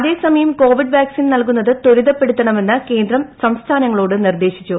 അതേസമയം Covid vaccine നൽകുന്നത് ത്വരിതപ്പെടുത്തണമെന്ന് കേന്ദ്രം സംസ്ഥാനങ്ങളോട് നിർദേശിച്ചു